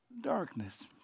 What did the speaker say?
darkness